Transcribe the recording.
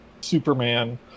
Superman